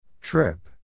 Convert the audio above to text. Trip